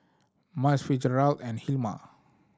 Myles Fitzgerald and Hilma